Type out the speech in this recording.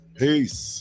Peace